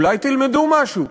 אולי תלמדו משהו?